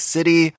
City